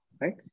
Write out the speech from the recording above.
right